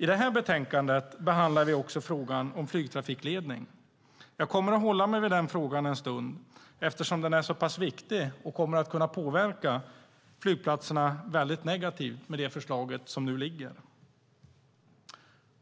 I detta betänkande behandlar vi också frågan om flygtrafikledning. Jag kommer att hålla mig vid den frågan en stund eftersom den är så pass viktig och eftersom det förslag som ligger kommer att kunna påverka flygplatserna negativt.